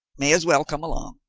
may as well come along.